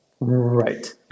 Right